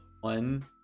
one